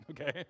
okay